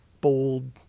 bold